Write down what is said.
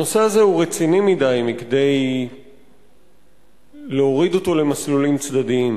הנושא הזה הוא רציני מכדי להוריד אותו למסלולים צדדיים.